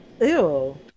Ew